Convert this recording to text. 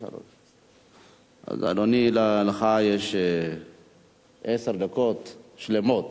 אדוני, לך יש עשר דקות שלמות.